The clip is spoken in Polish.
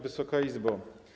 Wysoka Izbo!